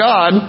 God